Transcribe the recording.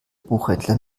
buchhändler